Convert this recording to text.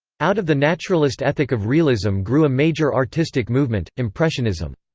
out of the naturalist ethic of realism grew a major artistic movement, impressionism.